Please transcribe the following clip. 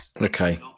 Okay